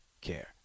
care